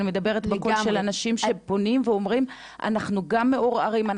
אני מדברת בקול של אנשים שפונים ואומרים שהם גם מעורערים,